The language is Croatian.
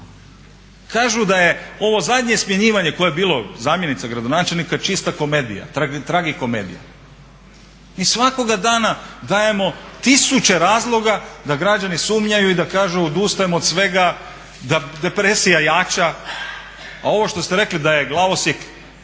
Kažu da je ovo zadnje smjenjivanje koje je bilo, zamjenica gradonačelnika je čista komedija, tragikomedija. Mi svakoga dana dajemo tisuće razloga da građani sumnjaju i da kažu odustajem od svega, depresija jača. A ovo što ste rekli da je glavosjek